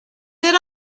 that